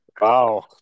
wow